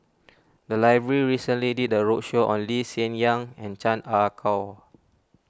the library recently did a roadshow on Lee Hsien Yang and Chan Ah Kow